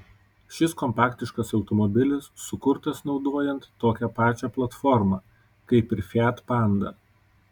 šis kompaktiškas automobilis sukurtas naudojant tokią pačią platformą kaip ir fiat panda